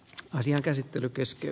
asian käsittely kesti